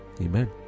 amen